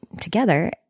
together